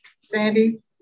Sandy